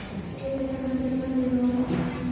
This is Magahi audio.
एक एकड़ में केतना बिघा होब हइ?